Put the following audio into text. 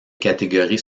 catégories